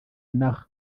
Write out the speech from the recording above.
inaha